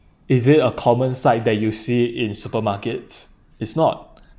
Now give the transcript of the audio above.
is it a common sight that you see in supermarkets it's not